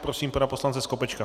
Prosím pana poslance Skopečka.